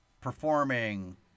performing